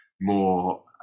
more